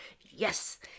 yes